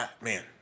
man